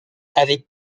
avec